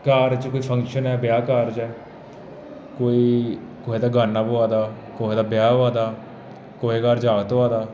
घर च कोई फंक्शन ऐ ब्याह् कारज ऐ कोई कुसै दे गान्ना प'वै दा कुसै दे ब्याह् होआ दा कुसै घर जागत् होआ दा